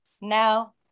now